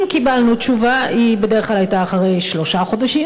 אם קיבלנו תשובה היא בדרך כלל הייתה אחרי שלושה חודשים,